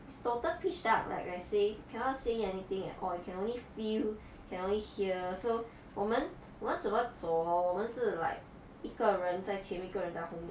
its total pitch dark leh like I say cannot seeing anything at all you can only feel can only hear so 我们我们怎么走 hor 我们是 like 一个人在前面个人在后面